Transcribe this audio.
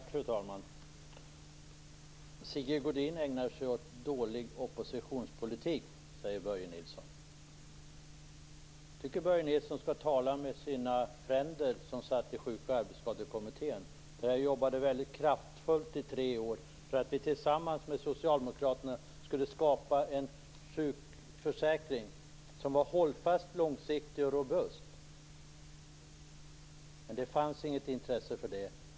Fru talman! Sigge Godin ägnar sig åt dålig oppositionspolitik, säger Börje Nilsson. Jag tycker att Börje Nilsson skall tala med sina vänner som satt i Sjuk och arbetsskadekommittén. Där jobbade jag kraftfullt i tre år för att vi tillsammans med socialdemokraterna skulle skapa en sjukförsäkring som var hållfast, långsiktig och robust. Men det fanns inget intresse för det.